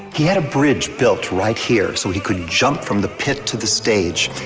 he had a bridge built right here so he could jump from the pit to the stage.